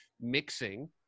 mixing